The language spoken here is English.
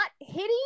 hitting